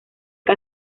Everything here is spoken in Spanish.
que